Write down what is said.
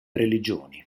religioni